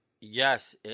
Yes